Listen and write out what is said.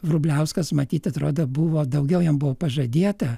vrubliauskas matyt atrodo buvo daugiau jam buvo pažadėta